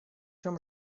чем